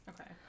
Okay